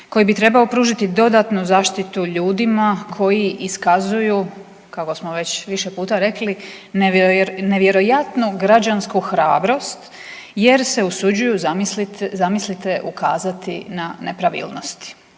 koji bi trebao pružiti dodatnu zaštitu ljudima koji iskazuju, kako smo već više puta rekli, nevjerojatnu građansku hrabrost jer se usuđuju, zamislite, ukazati na nepravilnosti.